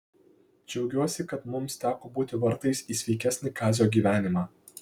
džiaugiuosi kad mums teko būti vartais į sveikesnį kazio gyvenimą